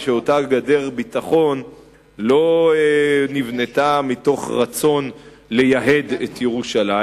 אותה גדר ביטחון ודאי לא נבנתה מתוך רצון לייהד את ירושלים,